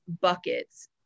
buckets